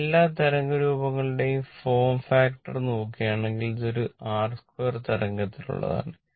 ഇപ്പോൾ എല്ലാ തരംഗ രൂപങ്ങളുടെയും ഫോം ഫാക്ടർ നോക്കുകയാണെങ്കിൽ ഇത് ഒരു r2 തരംഗത്തിനുള്ളതാണ്